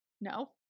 No